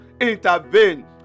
intervene